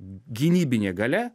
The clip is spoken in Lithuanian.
gynybinė galia